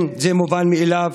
זה לא מובן מאליו